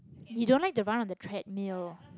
we don't like the one on the treadmill